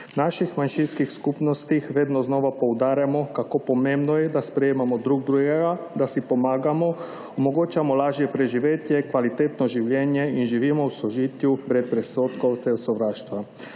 V naših manjšinskih skupnostih vedno znova poudarjamo, kako pomembno je, da sprejemamo drug drugega, da si pomagamo, omogočamo lažje preživetje, kvalitetno življenje in živimo v sožitju, brez predsodkov ter sovraštva.